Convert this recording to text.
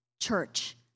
church